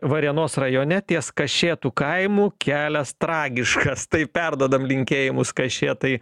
varėnos rajone ties kašėtų kaimu kelias tragiškas tai perduodam linkėjimus kašėtai